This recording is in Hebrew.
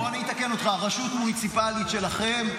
בוא אני אתקן אותך: רשות מוניציפלית שלכם,